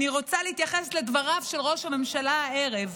אני רוצה להתייחס לדבריו של ראש הממשלה הערב,